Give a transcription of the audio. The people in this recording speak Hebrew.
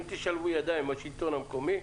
אם תשלבו ידיים עם השלטון המקומי,